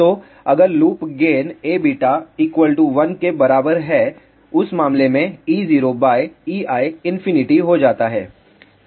तो अगर loop gain Aβ 1 के बराबर है उस मामले में e0ei ∞ हो जाता है